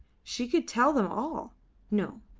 she could tell them all no,